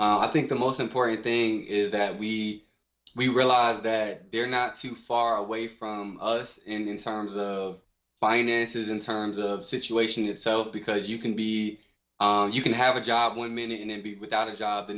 how i think the most important thing is that we we realize that they're not too far away from us in terms of finances in terms of situation itself because you can be you can have a job one minute and then be without a job the